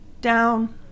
down